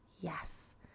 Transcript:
yes